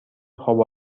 خواب